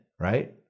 Right